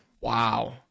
Wow